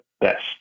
best